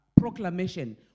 proclamation